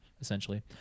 essentially